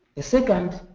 the second,